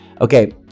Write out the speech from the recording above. Okay